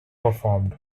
performed